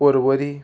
Porvorim